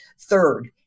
Third